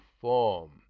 form